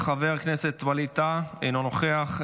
חבר הכנסת ווליד טאהא, אינו נוכח.